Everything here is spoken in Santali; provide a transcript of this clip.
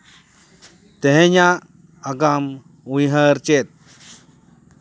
ᱛᱮᱦᱮᱧᱟᱜ ᱟᱜᱟᱢ ᱩᱭᱦᱟᱹᱨ ᱪᱮᱫ